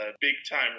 big-time